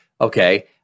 okay –